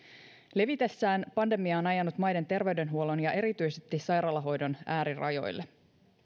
levitessään pandemia on ajanut maiden terveydenhuollon ja erityisesti sairaalahoidon äärirajoille